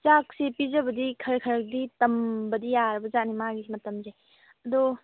ꯆꯥꯛꯁꯤ ꯄꯤꯖꯕꯗꯤ ꯈꯔ ꯈꯔꯗꯤ ꯇꯝꯕꯗꯤ ꯌꯥꯔꯕ ꯖꯥꯠꯅꯤ ꯃꯥꯒꯤꯁꯤ ꯃꯇꯝꯁꯦ ꯑꯗꯣ